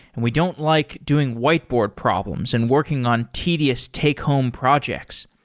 and we don't like doing whiteboard problems and working on tedious take home projects.